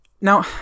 Now